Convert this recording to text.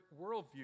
worldview